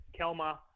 Kelma